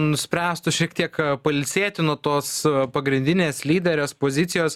nuspręstų šiek tiek pailsėti nuo tos pagrindinės lyderės pozicijos